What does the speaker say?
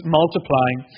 multiplying